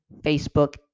Facebook